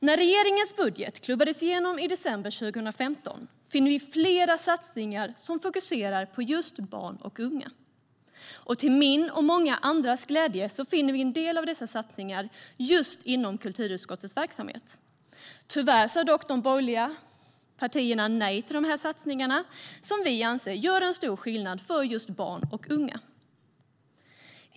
I regeringens budget, som klubbades igenom i december 2015, finns flera satsningar som fokuserar på just barn och unga. Till min och många andras glädje finner vi en del av dessa satsningar just inom kulturutskottets verksamhet. Tyvärr säger dock de borgerliga partierna nej till de här satsningarna, som vi anser gör stor skillnad för just barn och unga.